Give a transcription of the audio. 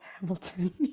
Hamilton